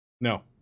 No